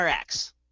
Rx